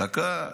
דקה.